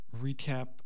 recap